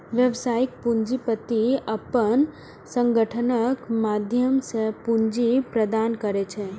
व्यावसायिक पूंजीपति अपन संगठनक माध्यम सं पूंजी प्रदान करै छै